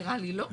נראה לי, לא?